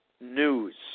news